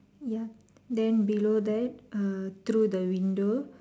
ya then below that ah through the window